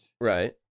Right